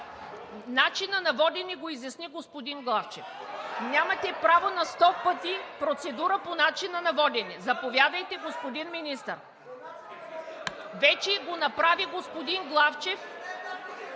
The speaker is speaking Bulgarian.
Начина на водене го изясни господин Главчев. Нямате право на сто пъти процедура по начина на водене! Заповядайте, господин Министър! (Шум и реплики от ГЕРБ.) Господин Главчев